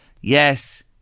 Yes